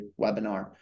webinar